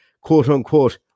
quote-unquote